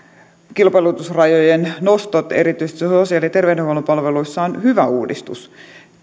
kilpailutusrajojen nostot erityisesti sosiaali ja terveydenhuollon palveluissa ovat hyvä uudistus